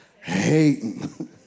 Hating